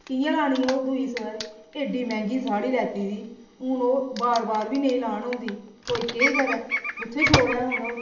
कि'यां लानी ओह् दुई बारी इन्नी मैंह्गी साड़ी लैती दी हून ओह् बार बार बी नेईं लान होंदी कोई केह् करै कुत्थैं छोड़ै हून ओह्